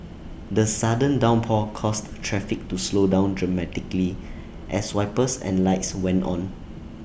the sudden downpour caused traffic to slow down dramatically as wipers and lights went on